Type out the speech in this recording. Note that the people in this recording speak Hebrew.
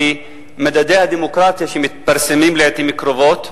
במדדי הדמוקרטיה שמתפרסמים לעתים קרובות,